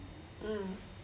mm